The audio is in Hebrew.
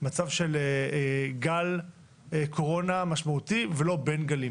מצב של גל קורונה משמעותי ולא בין גלים.